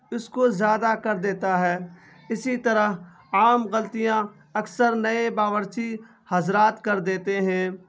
اس کو زیادہ کر دیتا ہے اسی طرح عام غلطیاں اکثر نئے باورچی حضرات کر دیتے ہیں